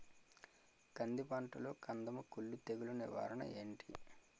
కంది పంటలో కందము కుల్లు తెగులు నివారణ ఏంటి?